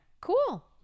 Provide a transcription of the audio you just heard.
cool